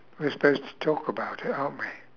we're supposed to talk about it aren't we